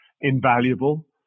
invaluable